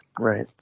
right